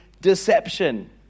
deception